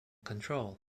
control